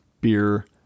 beer